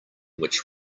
which